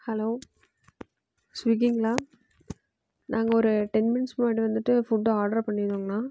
hello ஸ்விகிங்களா நாங்கள் ஒரு டென் மினிட்ஸ் முன்னாடி வந்துட்டு ஃபுட் ஆட்ரு பண்ணி இருந்தோங்க அண்ணா